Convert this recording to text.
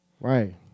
Right